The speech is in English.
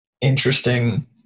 interesting